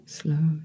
slow